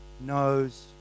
knows